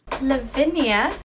Lavinia